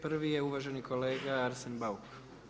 Prvi je uvaženi kolega Arsen Bauk.